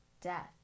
death